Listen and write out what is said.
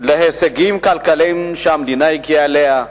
מההישגים הכלכליים שהמדינה הגיעה אליהם.